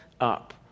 up